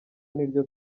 niryo